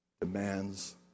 demands